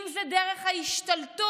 אם זה דרך ההשתלטות